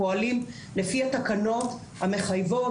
פועלים לפי התקנות המחייבות.